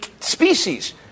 species